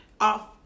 off